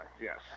yes